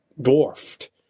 dwarfed